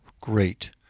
great